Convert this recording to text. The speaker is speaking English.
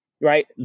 right